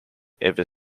ever